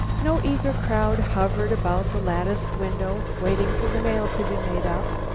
no eager crowd hovered about the latticed window waiting for the mail to be made up.